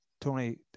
Tony